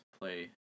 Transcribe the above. play